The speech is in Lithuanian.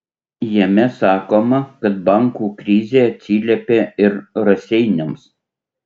jame sakoma kad bankų krizė atsiliepė ir raseiniams